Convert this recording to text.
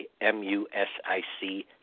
M-U-S-I-C